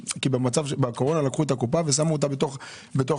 כי בקורונה לקחו את הקופה ושמו אותה בתוך המשרד,